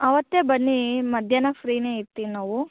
ಅವತ್ತೇ ಬನ್ನಿ ಮಧ್ಯಾಹ್ನ ಫ್ರೀನೇ ಇರ್ತೀವಿ ನಾವು